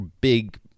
big